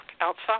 outside